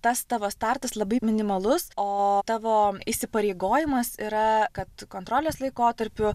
tas tavo startas labai minimalus o tavo įsipareigojimas yra kad kontrolės laikotarpiu